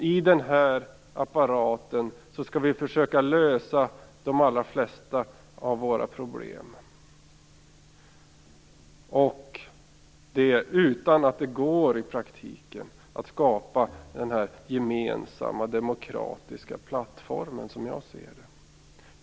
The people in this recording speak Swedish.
I denna apparat skall vi försöka lösa de allra flesta av våra problem, och det utan att det går att i praktiken skapa en gemensam demokratisk plattform, som jag ser det.